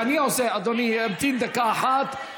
אדוני ימתין דקה אחת.